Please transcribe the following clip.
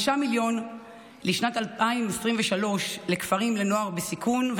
5 מיליון לשנת 2023 לכפרים לנוער בסיכון,